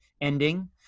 ending